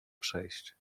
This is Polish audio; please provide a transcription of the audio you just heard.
przejść